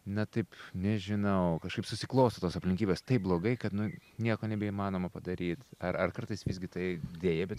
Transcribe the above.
na taip nežinau kažkaip susiklosto tos aplinkybės taip blogai kad nu nieko nebeįmanoma padaryt ar ar kartais visgi tai deja bet